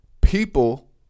People